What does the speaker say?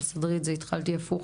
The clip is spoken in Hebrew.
התחלתי הפוך,